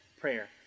prayer